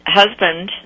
husband